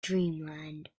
dreamland